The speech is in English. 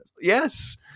Yes